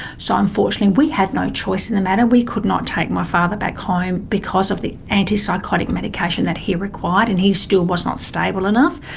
so unfortunately we had no choice in the matter. we could not take my father back home because of the anti-psychotic medication that he required and he still was not stable enough.